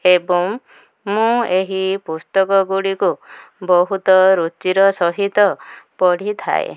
ଏବଂ ମୁଁ ଏହି ପୁସ୍ତକ ଗୁଡ଼ିକୁ ବହୁତ ରୁଚିର ସହିତ ପଢ଼ିଥାଏ